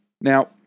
Now